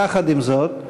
יחד עם זאת,